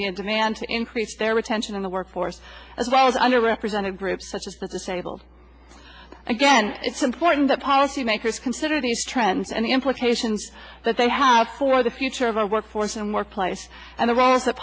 be a demand to increase their retention in the workforce as well as under represented groups such as the disabled again it's important that policy makers consider these trends and the implications that they have for the future of our workforce and workplace and the